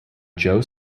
joe